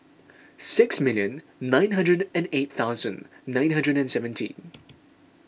six million nine hundred and eight thousand nine hundred and seventeen